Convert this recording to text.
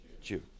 Jew